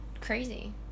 crazy